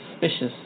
suspicious